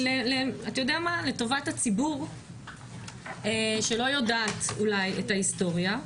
לטובת הציבור שלא יודעת אולי את היסטוריה,